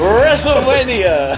WrestleMania